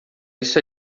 isso